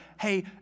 hey